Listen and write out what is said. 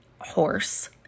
horse